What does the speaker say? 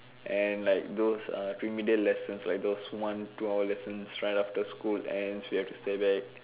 and like those uh remedial lessons like those one two hour lessons right after school ends you have to stay back